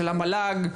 של המל"ג,